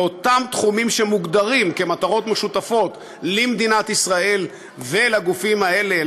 באותם תחומים שמוגדרים כמטרות משותפות למדינת ישראל ולגופים האלה,